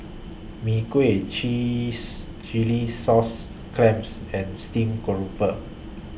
Mee Kuah Chillis Chilli Sauce Clams and Stream Grouper